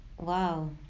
wow